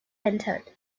entered